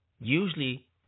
Usually